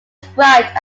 described